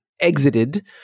exited